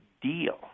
deal